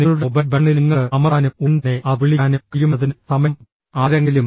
നിങ്ങളുടെ മൊബൈൽ ബട്ടണിൽ നിങ്ങൾക്ക് അമർത്താനും ഉടൻ തന്നെ അത് വിളിക്കാനും കഴിയുമെന്നതിനാൽ സമയം ആരെങ്കിലും